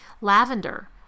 Lavender